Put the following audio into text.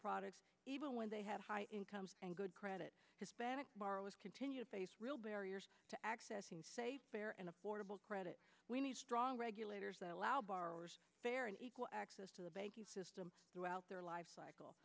products even when they had high incomes and good credit borrowers continue to face real barriers to accessing safe fair and affordable credit we need strong regulators that allow borrowers fair and equal access to the banking system throughout their life cycle